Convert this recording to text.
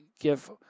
give